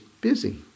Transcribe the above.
busy